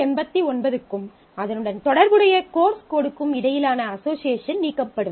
389 க்கும் அதனுடன் தொடர்புடைய கோர்ஸ் கோடுக்கும் இடையிலான அசோஷியேஷன் நீக்கப்படும்